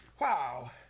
Wow